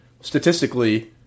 statistically